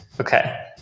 Okay